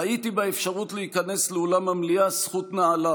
ראיתי באפשרות להיכנס לאולם המליאה זכות נעלה